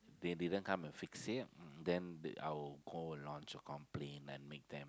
they didn't come and fix it then I will call and lodge a complain and make them